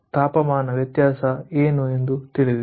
ತಾಪಮಾನ ವ್ಯತ್ಯಾಸ ಏನು ಎಂದು ತಿಳಿದಿದೆ